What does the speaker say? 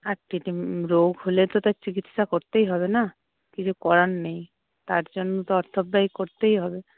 আর রোগ হলে তো তার চিকিৎসা করতেই হবে না কিছু করার নেই তার জন্য তো অর্থ ব্যয় করতেই হবে